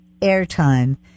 airtime